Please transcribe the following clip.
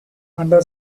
under